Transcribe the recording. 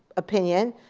opinion.